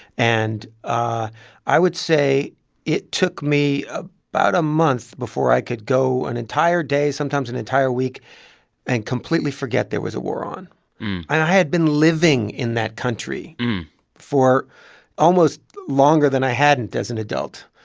and ah i would say it took me ah about a month before i could go an entire day, sometimes an entire week and completely forget there was a war on. and i had been living in that country for almost longer than i hadn't as an adult.